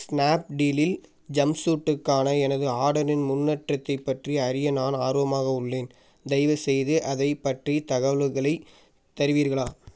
ஸ்னாப்டீலில் ஜம்ப்சூட்டுக்கான எனது ஆர்டரின் முன்னேற்றத்தைப் பற்றி அறிய நான் ஆர்வமாக உள்ளேன் தயவுசெய்து அதைப் பற்றி தகவல்களைத் தருவீர்களா